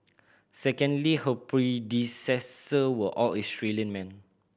secondly her predecessor were all Australian men